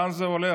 לאן זה הולך?